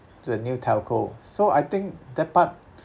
to the new telco so I think that part